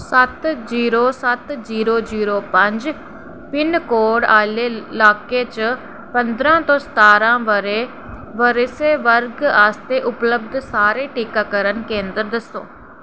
सत्त जीरो सत्त zero zero पंज पिन कोड आह्ले लाके च पं'दरां थमां सतारां ब'रे ब'रेसै वर्ग आस्तै उपलब्ध सारे टीकाकरण केंदर दस्सो